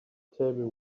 table